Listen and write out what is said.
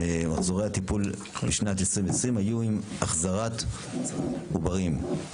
מהטיפולים בשנת 2020 היו עם החזרת עוברים.